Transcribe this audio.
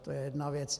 To je jedna věc.